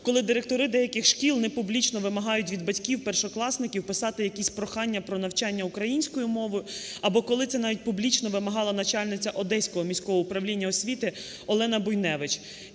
коли директори деяких шкілнепублічно вимагають від батьків першокласників писати якісь прохання про навчання українською мовою, або навіть коли це публічно вимагала начальниця одеського міського управління освіти Олена Буйневич.